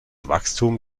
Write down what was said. wachstum